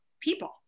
people